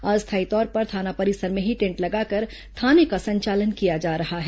अस्थायी तौर पर थाना परिसर में ही टेन्ट लगाकर थाने का संचालन किया जा रहा है